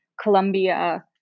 Colombia